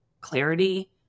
clarity